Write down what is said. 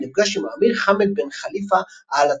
ונפגש עם האמיר חמד בן ח'ליפה אאל ת'אני.